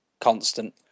constant